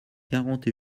quarante